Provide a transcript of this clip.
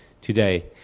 today